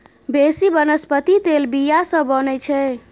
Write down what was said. बेसी बनस्पति तेल बीया सँ बनै छै